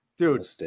Dude